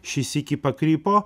šį sykį pakrypo